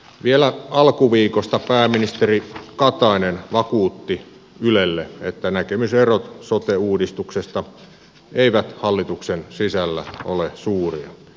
vielä alkuviikosta pääministeri katainen vakuutti ylelle että näkemyserot sote uudistuksesta eivät hallituksen sisällä ole suuria